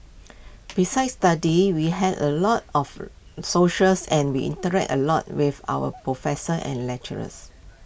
besides studies we had A lot of socials and we interacted A lot with our professors and lecturers